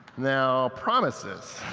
now promises.